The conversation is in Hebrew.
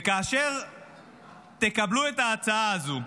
וכאשר תקבלו את ההצעה הזאת,